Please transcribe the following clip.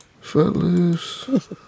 Footloose